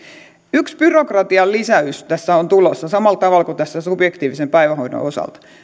yksi byrokratian lisäys tässä on tulossa samalla tavalla kuin subjektiivisen päivähoidon osalta